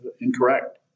incorrect